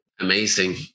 Amazing